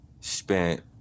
spent